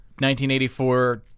1984